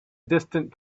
distant